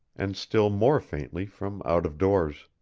and still more faintly from out of doors.